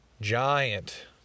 Giant